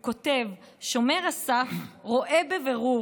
הוא כותב: "שומר הסף רואה בבירור